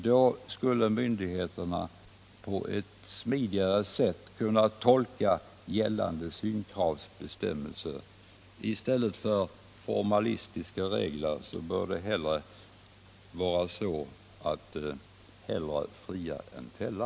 Då kan myndigheterna på ett smidigare sätt tolka gällande synkravsbestämmelser. I stället för att hålla fast vid formalistiska regler bör inställningen vara att hellre fria än fälla.